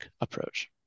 approach